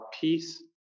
peace